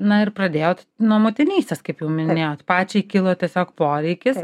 na ir pradėjot nuo motinystės kaip jau minėjot pačiai kilo tiesiog poreikis